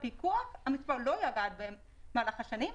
המספר לא ירד במהלך השנים,